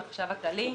הכללי.